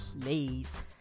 please